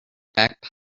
back